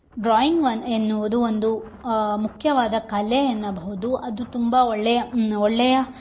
drawing one ಎನ್ನುವುದು ಒಂದು ಮುಖ್ಯವಾದ ಕಲೆ ಎನ್ನಬಹುದು ಅದು ತುಂಬ ಒಳ್ಳೆಯ ಒಳ್ಳೆಯ